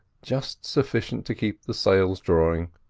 just sufficient to keep the sails drawing,